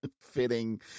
fitting